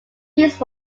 these